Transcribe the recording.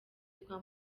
twa